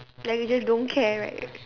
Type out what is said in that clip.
like you just don't care right